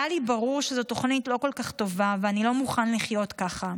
היה לי ברור שזו תוכנית לא כל כך טובה ואני לא מוכן לחיות ככה.